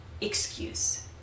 excuse